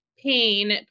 pain